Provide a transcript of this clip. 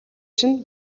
чинь